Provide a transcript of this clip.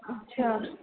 अच्छा